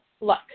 look